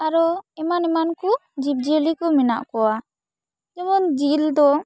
ᱟᱨᱚ ᱮᱢᱟᱱ ᱮᱢᱟᱱ ᱠᱚ ᱡᱤᱵᱽ ᱡᱤᱭᱟᱹᱞᱤ ᱠᱚ ᱢᱮᱱᱟᱜ ᱠᱚᱣᱟ ᱡᱮᱢᱚᱱ ᱡᱤᱞ ᱫᱚ